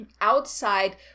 outside